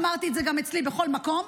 אמרתי את זה גם אצלי בכל מקום,